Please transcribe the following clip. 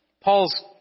Paul's